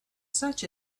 such